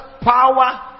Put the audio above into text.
power